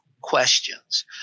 questions